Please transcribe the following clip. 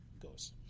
Goes